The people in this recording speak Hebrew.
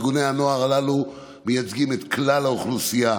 ארגוני הנוער הללו מייצגים את כלל האוכלוסייה: